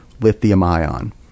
lithium-ion